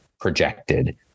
projected